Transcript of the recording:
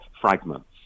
fragments